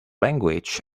language